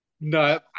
No